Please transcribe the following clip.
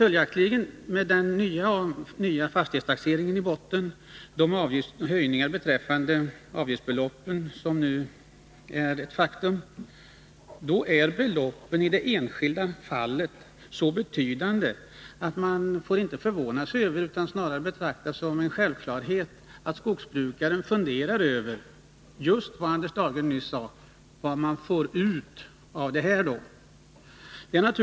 Men med den nya fastighetstaxeringen i botten och med de höjningar av avgiftsbeloppen som företagits har beloppen i de enskilda fallen blivit så betydande att man inte får förvåna sig över — det är snarare att betrakta som en självklarhet — att skogsbrukaren funderar över vad han får ut av det här, som Anders